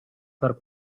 per